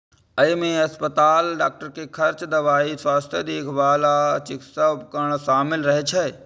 अय मे अस्पताल, डॉक्टर के खर्च, दवाइ, स्वास्थ्य देखभाल आ चिकित्सा उपकरण शामिल रहै छै